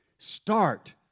Start